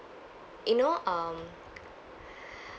you know um